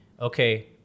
okay